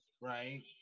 right